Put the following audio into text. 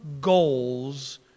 goals